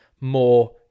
more